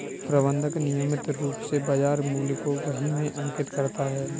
प्रबंधक नियमित रूप से बाज़ार मूल्य को बही में अंकित करता है